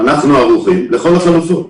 אנחנו ערוכים לכל החלופות.